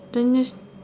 them N